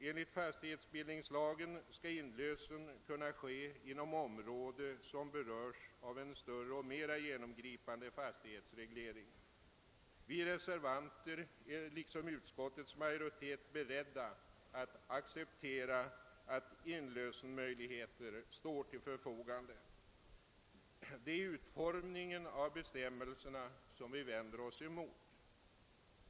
Enligt fastighetsbildningslagen skall inlösen kunna ske inom ett område som berörs av en större och mer genomgripande fastighetsreglering. Vi reservanter är liksom utskottsmajoriteten beredda att acceptera att inlösenmöjligheter står till förfogande; det är utformningen av bestämmelserna som vi vänder oss mot.